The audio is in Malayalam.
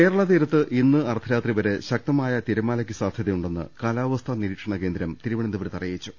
കേരള തീരത്ത് ഇന്ന് അർധരാത്രിവരെ ശക്തമായ തിരമാലയ്ക്ക് സാധൃതയുണ്ടെന്ന് കാലാവസ്ഥാ നിരീക്ഷണകേന്ദ്രം തിരുവനന്തപുരത്ത് അറിയിച്ചു